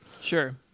Sure